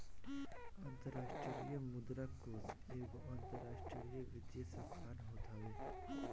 अंतरराष्ट्रीय मुद्रा कोष एगो अंतरराष्ट्रीय वित्तीय संस्थान होत हवे